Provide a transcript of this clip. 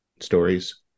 stories